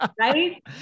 Right